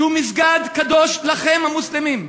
שהוא מסגד קדוש לכם, המוסלמים,